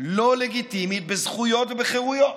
לא לגיטימית בזכויות ובחירויות.